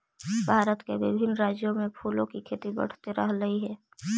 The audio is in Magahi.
भारत के विभिन्न राज्यों में फूलों की खेती बढ़ते रहलइ हे